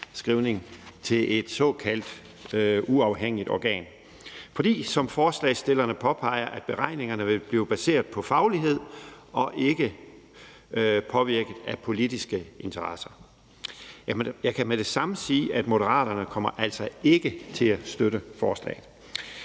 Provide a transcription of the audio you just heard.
-fremskrivning til et såkaldt uafhængigt organ, fordi, som forslagsstillerne påpeger, beregningerne vil blive baseret på faglighed og ikke blive påvirket af politiske interesser. Jeg kan med det samme sige, at Moderaterne altså ikke kommer til at støtte forslaget.